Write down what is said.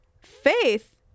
Faith